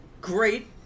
great